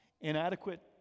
inadequate